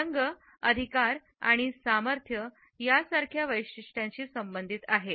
हे रंग अधिकार आणि सामर्थ्य यासारखे वैशिष्ट्यांसह संबंधित आहेत